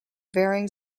varying